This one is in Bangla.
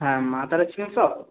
হ্যাঁ মা তারা চিকেন শপ